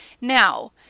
Now